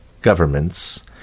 governments